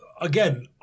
Again